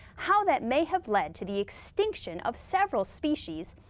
how that may have led to the extinction of several species,